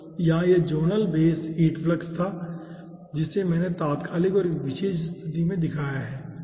यहाँ यह zonal base heat flux था जिसे मैंने तात्कालिक और एक विशेष स्थिति में दिखाया है